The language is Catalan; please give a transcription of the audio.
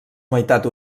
meitat